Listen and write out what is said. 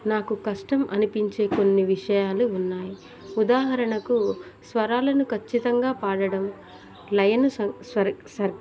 నాకు కష్టం అనిపించే కొన్ని విషయాలు ఉన్నాయి ఉదాహరణకు స్వరాలను ఖచ్చితంగా పాడడం లైను స స్వర్ సర్